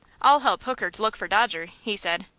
i'll help hooker to look for dodger, he said.